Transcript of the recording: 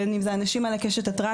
בין אם זה אנשים על הקשת הטרנסית,